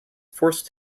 forced